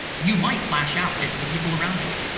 you might lash out at the people around you.